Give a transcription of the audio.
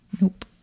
Nope